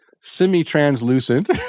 semi-translucent